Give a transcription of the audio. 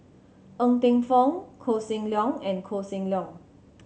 Ng Teng Fong Koh Seng Leong and Koh Seng Leong